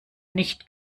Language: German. nicht